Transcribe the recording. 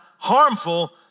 harmful